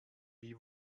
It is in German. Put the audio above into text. wie